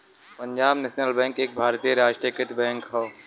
Punjab National Bank एक भारतीय राष्ट्रीयकृत बैंक हौ